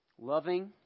loving